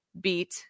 beat